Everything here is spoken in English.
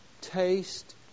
taste